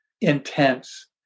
intense